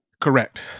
Correct